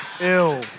Ill